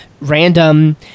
random